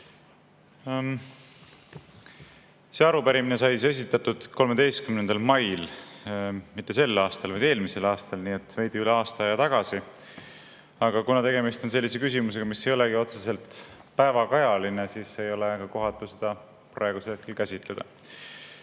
See arupärimine sai esitatud 13. mail mitte sel aastal, vaid eelmisel aastal, nii et veidi üle aasta tagasi. Aga kuna tegemist on sellise küsimusega, mis ei ole otseselt päevakajaline, siis ei ole ka kohatu seda praegusel hetkel käsitleda.